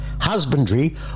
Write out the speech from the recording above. husbandry